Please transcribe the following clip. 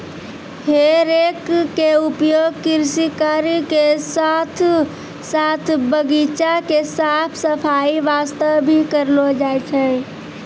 हे रेक के उपयोग कृषि कार्य के साथॅ साथॅ बगीचा के साफ सफाई वास्तॅ भी करलो जाय छै